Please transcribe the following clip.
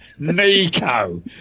Nico